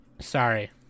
Sorry